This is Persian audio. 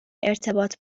ارتباط